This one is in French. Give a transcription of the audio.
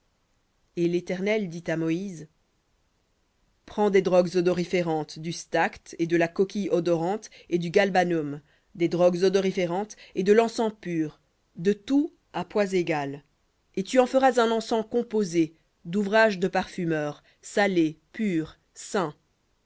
et l'éternel dit à moïse prends des drogues odoriférantes du stacte et de la coquille odorante et du galbanum des drogues odoriférantes et de l'encens pur de tout à poids égal et tu en feras un encens composé d'ouvrage de parfumeur salé pur saint